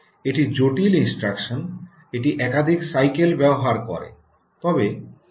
এটি জটিল ইনস্ট্রাকশন এটি একাধিক সাইকেল ব্যবহার করে